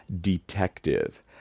Detective